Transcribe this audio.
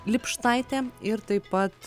lipštaitė ir taip pat